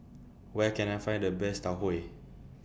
Where Can I Find The Best Tau Huay